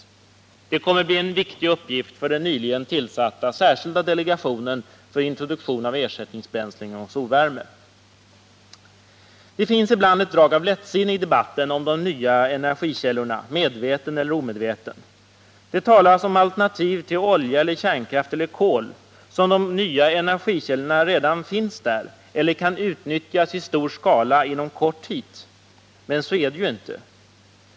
Detta kommer att bli en viktig uppgift för den nyligen tillsatta särskilda delegationen för introduktion av ersättningsbränslen och solvärme. Det finns ibland ett drag av lättsinne i debatten om de nya energikällorna, medvetet eller omedvetet. Det talas om alternativ till olja eller kärnkraft eller kol som om de nya energikällorna redan finns där eller kan utnyttjas i stor skala inom kort tid. Men så är det ju inte.